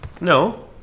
No